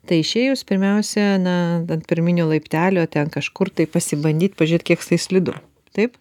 tai išėjus pirmiausia na ant pirminio laiptelio ten kažkur tai pasibandyt pažiūrėt kiek tai slidu taip